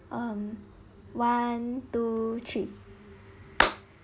mm one two three